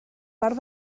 part